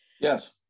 Yes